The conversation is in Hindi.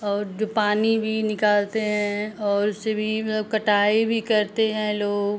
और जो पानी भी निकालते हैं और उससे भी मतलब कटाई भी करते हैं लोग